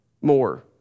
more